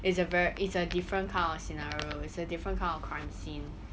it's a ver~ it's a different kind of scenario it's a different kind of crime scene